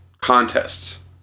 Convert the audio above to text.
contests